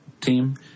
team